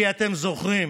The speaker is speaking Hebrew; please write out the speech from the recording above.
כי אתם זוכרים,